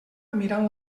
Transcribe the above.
mirant